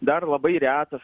dar labai retas